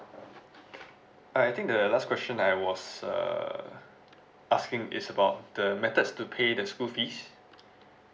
uh I think the last question I was err asking is about the methods to pay the school fees